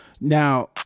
Now